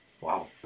Wow